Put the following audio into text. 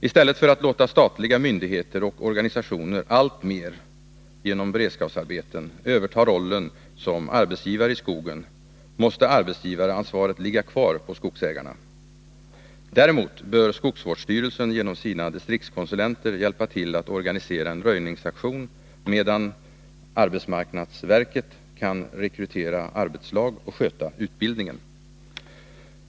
I stället för att genom beredskapsarbeten låta statliga myndigheter och organisationer alltmer överta rollen som arbetsgivare i skogen, måste arbetsgivaransvaret ligga kvar på skogsägarna. Däremot bör skogsvårdsstyrelsen genom sina distriktskonsulenter hjälpa till att organisera en röjningsaktion, medan arbetsmarknadsverket kan rekrytera arbetslag och sköta utbildningen.